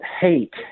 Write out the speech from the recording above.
hate